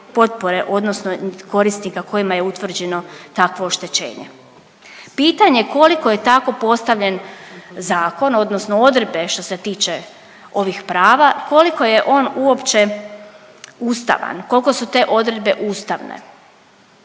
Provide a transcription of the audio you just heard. odnosno korisnika kojima je utvrđeno takvo oštećenje. Pitanje koliko je tako postavljen zakon, odnosno odredbe što se tiče ovih prava koliko je on uopće ustavan, koliko su te odredbe ustavne.